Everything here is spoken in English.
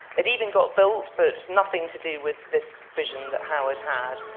it even got built, but nothing to do with this vision that howard had.